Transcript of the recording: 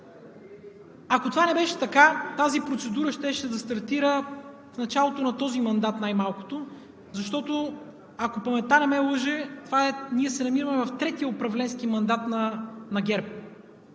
Ако това не беше така, тази процедура щеше да стартира в началото на този мандат – най-малкото защото ако паметта не ме лъже, ние се намираме в третия управленски мандат на ГЕРБ.